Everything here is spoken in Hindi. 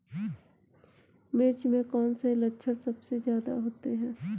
मिर्च में कौन से लक्षण सबसे ज्यादा होते हैं?